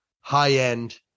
high-end